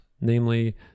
namely